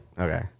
Okay